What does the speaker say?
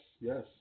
yes